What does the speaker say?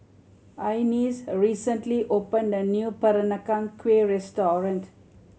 Inez recently opened a new Peranakan Kueh restaurant